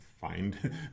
find